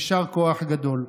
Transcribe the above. יישר כוח גדול.